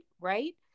right